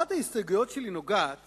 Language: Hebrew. אחת ההסתייגויות שלי נוגעת